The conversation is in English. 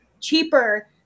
cheaper